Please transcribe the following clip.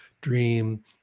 dream